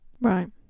Right